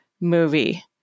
movie